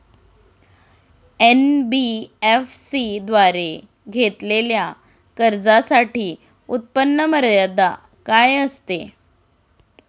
NBFC द्वारे घेतलेल्या कर्जासाठी उत्पन्न मर्यादा काय असते?